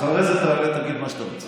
אחרי זה תעלה ותגיד מה שאתה רוצה.